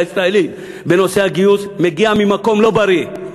הישראלית בנושא הגיוס מגיע ממקום לא בריא,